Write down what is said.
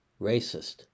racist